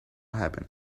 happen